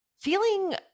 feeling